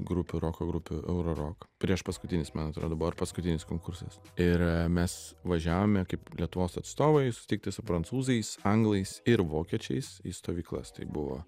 grupių roko grupių eurorok priešpaskutinis man atrodo buvo ar paskutinis konkursas ir mes važiavome kaip lietuvos atstovai sutikti su prancūzais anglais ir vokiečiais į stovyklas tai buvo